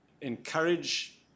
encourage